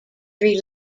three